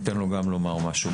ניתן לו גם לומר משהו.